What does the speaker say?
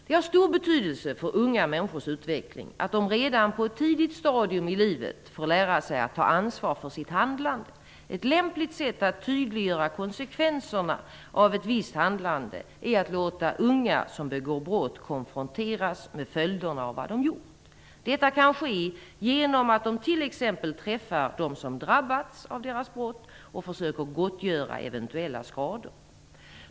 Det är av stor betydelse för unga människors utveckling att de redan på ett tidigt stadium i livet får lära sig att ta ansvar för sitt handlande. Ett lämpligt sätt att tydliggöra konsekvenserna av ett visst handlande är att låta unga som begår brott konfronteras med följderna av vad de gjort. Detta kan ske genom att de t.ex. träffar dem som drabbats av deras brott och försöker gottgöra eventuella skador.